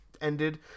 ended